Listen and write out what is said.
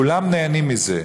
כולם נהנים מזה,